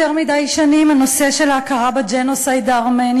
יותר מדי שנים הנושא של ההכרה בג'נוסייד הארמני